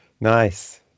Nice